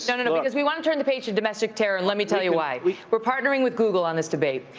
and and because we want to turn the page to domestic terror, and let me tell you why we're partnering with google on this debate,